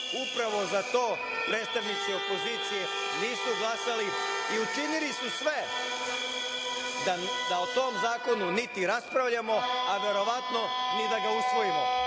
upravo za to predstavnici opozicije nisu glasali i učinili su sve da o tom zakonu niti raspravljamo, a verovatno ni da ga usvojimo,